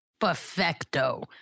Perfecto